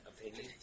opinion